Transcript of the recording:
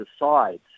decides